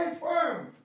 firm